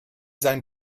sein